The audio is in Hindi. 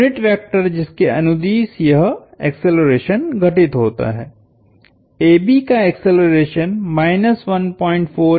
यूनिट वेक्टर जिसके अनुदिश यह एक्सेलरेशन घटित होता है AB का एक्सेलरेशनहै